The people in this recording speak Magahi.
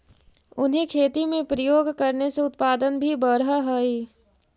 उन्हें खेती में प्रयोग करने से उत्पादन भी बढ़अ हई